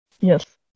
Yes